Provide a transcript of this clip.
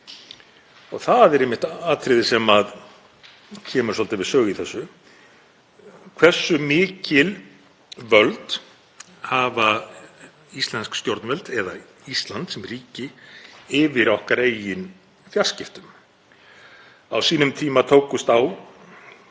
Það er einmitt atriði sem kemur svolítið við sögu í þessu, þ.e. hversu mikil völd hafa íslensk stjórnvöld eða Ísland sem ríki yfir okkar eigin fjarskiptum. Á sínum tíma tókust á